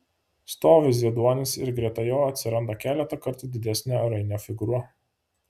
stovi zieduonis ir greta jo atsiranda keletą kartų didesnė rainio figūra